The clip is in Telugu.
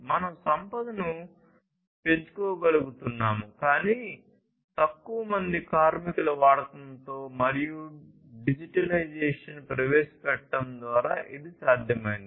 మనం సంపదను పెంచుకోగలుగుతున్నాము కాని తక్కువ మంది కార్మికుల వాడకంతో మరియు డిజిటలైజేషన్ ప్రవేశపెట్టడం ద్వారా ఇది సాధ్యమైంది